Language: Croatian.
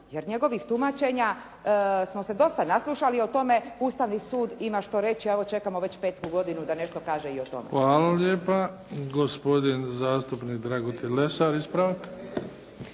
jer njegovih tumačenja smo se dosta naslušali i o tome Ustavni sud ima što reći. Evo čekamo već petu godinu da nešto kaže i o tome. **Bebić, Luka (HDZ)** Hvala lijepa. Gospodin zastupnik Dragutin Lesar. Ispravak.